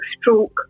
stroke